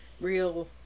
real